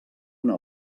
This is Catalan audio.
una